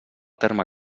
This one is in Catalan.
terme